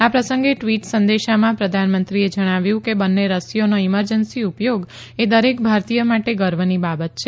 આ પ્રસંગે ટવીટ સંદેશામાં પ્રધાનમંત્રીએ જણાવ્યું છે કે બંને રસીઓનો ઇમરજન્સી ઉપયોગ એ દરેક ભારતીય માટે ગર્વની બાબત છે